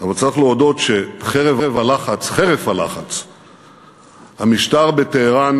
אבל צריך להודות שחרף הלחץ המשטר בטהרן